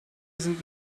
sind